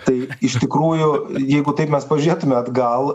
tai iš tikrųjų jeigu taip mes pažiūrėtume atgal